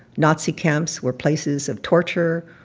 nazi camps were places of torture,